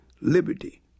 liberty